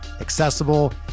accessible